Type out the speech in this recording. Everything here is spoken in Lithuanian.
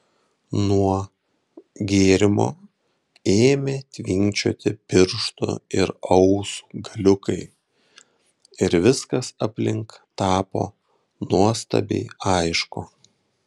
nuo gėrimo ėmė tvinkčioti pirštų ir ausų galiukai ir viskas aplink tapo nuostabiai aišku